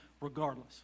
regardless